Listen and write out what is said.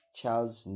Charles